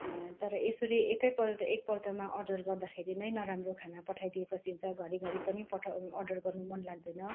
तर यसरी एकैपल्ट एकपल्टमा अर्डर गर्दाखेरि नै नराम्रो खाना पठाइदिएपछि चाहिँ घरिघरि पनि पठा अर्डर गर्नु मन लाग्दैन